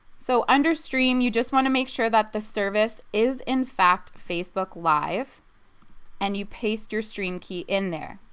so under stream you just want to make sure that the service is in fact facebook live and you paste your stream key in there.